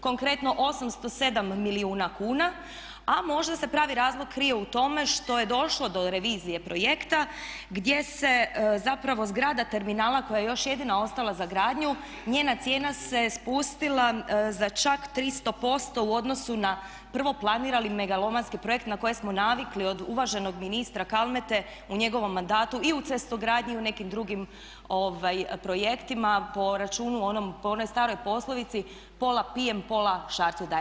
Konkretno 807 milijuna kuna, a možda se pravi razlog krije u tome što je došlo do revizije projekta gdje se zapravo zgrada terminala koja je još jedina ostala za gradnju njena cijena se spustila za čak 300% u odnosu na prvo planirani megalomanski projekt na koje smo navikli od uvaženog ministra Kalmete u njegovom mandatu i u cestogradnji i u nekim drugim projektima po računu onom, po onoj staroj poslovici pola pijem, pola šarcu dajem.